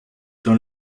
dans